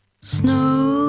Snow